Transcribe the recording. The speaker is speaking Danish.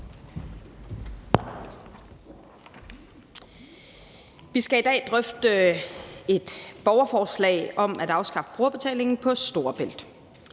Vi skal i dag drøfte et borgerforslag om at afskaffe brugerbetaling på Storebælt.